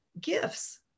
gifts